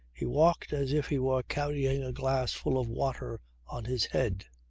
he walked as if he were carrying a glass full of water on his head.